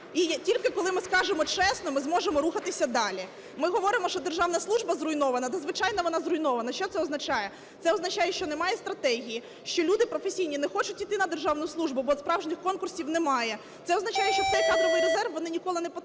І тільки коли ми скажемо чесно, ми зможемо рухатися далі. Ми говоримо, що державна служба зруйнована, да звичайно вона зруйнована. Що це означає? Це означає, що немає стратегії, що люди професійні не хочуть іти на державну службу, бо справжніх конкурсів немає. Це означає, що в цей кадровий резерв вони ніколи не потраплять,